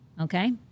Okay